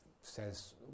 says